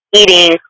eating